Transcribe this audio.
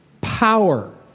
power